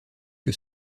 que